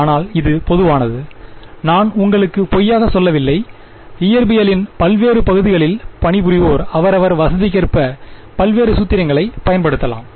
ஆனால் இது பொதுவானது நான் உங்களுக்கு பொய்யாக சொல்லவில்லை இயற்பியலின் பல்வேறு பகுதிகளில் பணி புரிவோர் அவரவர் வசதிக்கேற்ப பல்வேறு சூத்திரங்களை பயன்படுத்தலாம்